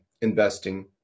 investing